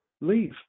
leave